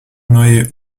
neue